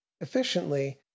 efficiently